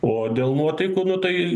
o dėl nuotaikų nu tai